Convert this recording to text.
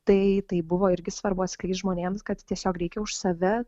tai tai buvo irgi svarbu atskleist žmonėms kad tiesiog reikia už save